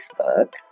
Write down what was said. Facebook